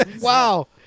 Wow